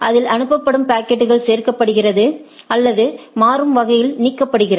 அதில் அனுப்பப்படும் பாக்கெட் சேர்க்கப்படுகிறது அல்லது மாறும் வகையில் நீக்கப்படுகிறது